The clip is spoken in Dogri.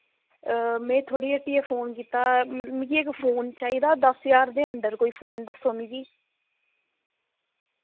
मैं थोआड़ी हट्टिये फोन कीत्ता मत मिकी इक फोन चाहिदा दस ज्हार दे अंदर कोई फोन दस्सो मिकी